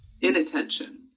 inattention